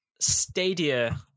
Stadia